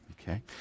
okay